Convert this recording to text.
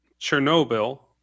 Chernobyl